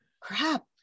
crap